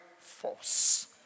force